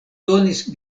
donis